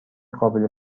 قابل